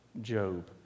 Job